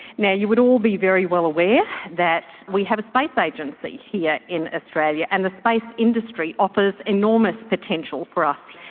yeah you would all be very well aware that we have a space agency here in australia, and the space industry offers enormous potential for us.